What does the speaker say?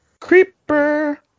Creeper